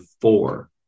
four